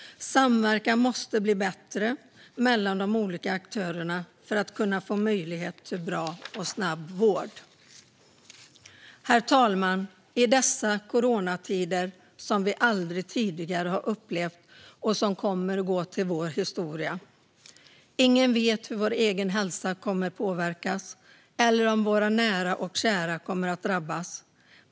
Samverkan måste bli bättre mellan de olika aktörerna för att människor ska få möjlighet till bra och snabb vård. Herr talman! I dessa coronatider, som vi aldrig tidigare har upplevt och som kommer att gå till vår historia, vet ingen hur vår egen hälsa kommer att påverkas eller om våra nära och kära kommer att drabbas.